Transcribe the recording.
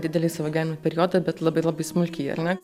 didelį savo gyvenimo periodą bet labai labai smulkiai ar ne